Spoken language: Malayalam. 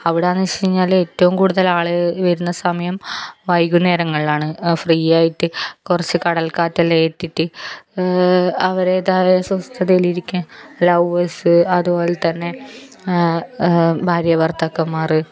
അവിടെയെന്ന് വച്ച് കഴിഞ്ഞാൽ ഏറ്റവും കൂടുതൽ ആൾ വരുന്ന സമയം വൈകുന്നേരങ്ങളിലാണ് ഫ്രീ ആയിട്ട് കുറച്ച് കടൽ കാറ്റെല്ലാം ഏറ്റിട്ട് അവരേതായാലും സ്വസ്ഥതയിലിരിക്കാൻ ലവേർസ് അതുപോലെ തന്നെ ഭാര്യ ഭർത്താക്കന്മാർ